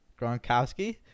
Gronkowski